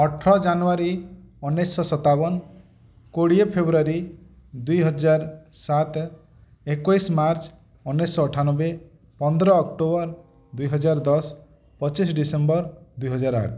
ଅଠର ଜାନୁଆରୀ ଉଣେଇଶ ସତାବନ କୋଡ଼ିଏ ଫେବୃଆରୀ ଦୁଇହଜାର ସାତ ଏକୋଇଶ ମାର୍ଚ୍ଚ ଉଣେଇଶ ଅଠାନବେ ପନ୍ଦର ଅକ୍ଟୋବର ଦୁଇହଜାର ଦଶ ପଚିଶ ଡିସେମ୍ବର ଦୁଇହଜାର ଆଠ